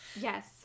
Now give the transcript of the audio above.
yes